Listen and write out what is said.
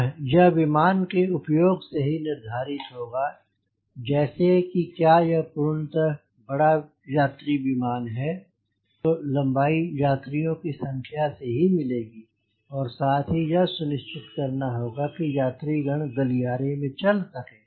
पुनः यह विमान के उपयोग से ही निर्धारित होता है जैसे कि क्या यह एक पूर्णतः बड़ा यात्री विमान है तो लम्बाई यात्रियों की संख्या से से मिलेगी और साथ ही यह सुनिश्चित करना होगा कि यात्रीगण गलियारे में चल सकें